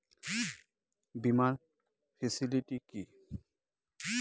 বীমার ফেসিলিটি কি?